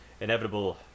inevitable